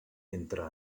entre